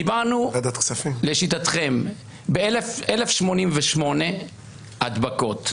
דיברנו לשיטתכם ב-1,088 הדבקות.